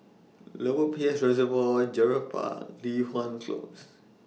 Lower Peirce Reservoir Gerald Park Li Hwan Close